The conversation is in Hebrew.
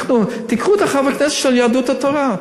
תיקחו את חברי הכנסת של יהדות התורה,